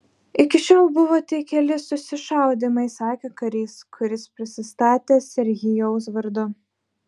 iki šiol buvo tik keli susišaudymai sakė karys kuris prisistatė serhijaus vardu